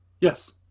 Yes